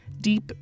deep